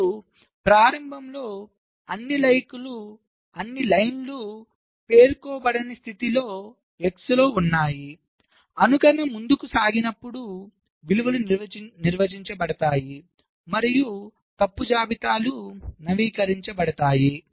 మరియు ప్రారంభంలో అన్ని పంక్తులు పేర్కొనబడని స్థితిలో X లో ఉన్నాయి అనుకరణ ముందుకు సాగినప్పుడు విలువలు నిర్వచించబడతాయి మరియు తప్పు జాబితాలు నవీకరించబడతాయి